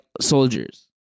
soldiers